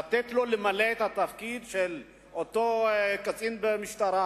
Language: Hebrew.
לתת לו למלא את התפקיד של אותו קצין במשטרה,